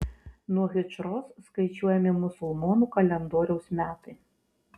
nuo hidžros skaičiuojami musulmonų kalendoriaus metai